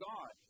God